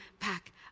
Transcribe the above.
back